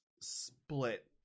split